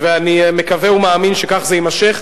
ואני מקווה ומאמין שכך זה יימשך,